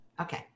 Okay